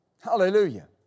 Hallelujah